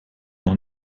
noch